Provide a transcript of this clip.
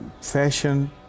fashion